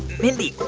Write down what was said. mindy,